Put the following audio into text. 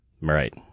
Right